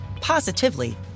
positively